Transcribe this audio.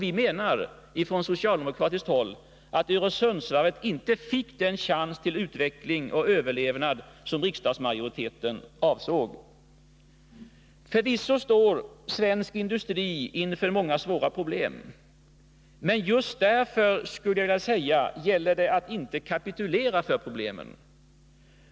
Vi menar från socialdemokratiskt håll att Öresundsvarvet inte fick den chans till utveckling och överlevnad som riksdagsmajoriteten avsåg. Förvisso står svensk industri inför många svåra problem. Men just därför, skulle jag vilja säga, gäller det att inte kapitulera inför problemen.